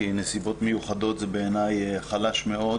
כי נסיבות מיוחדות זה בעיניי חלש מאוד